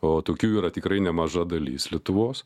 o tokių yra tikrai nemaža dalis lietuvos